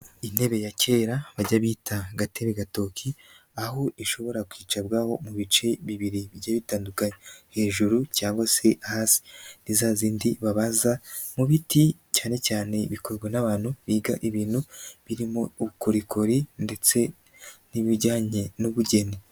Intebe ya kera bajya bita gatebe gatoki, aho ishobora kwicabwaho mu bice bibiri bigiye bitandukanye hejuru cyangwa se hasi. Ni za zindi babaza mu biti cyane cyane bikorwa n'abantu biga ibintu birimo ubukorikori ndetse n'ibijyanye n'ubugeni.